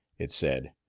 it said.